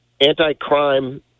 anti-crime